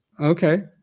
okay